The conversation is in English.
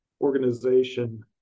organization